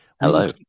Hello